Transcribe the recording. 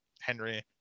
Henry